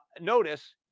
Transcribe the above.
notice